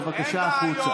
בבקשה החוצה.